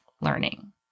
learning